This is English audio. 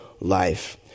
life